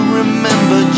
remember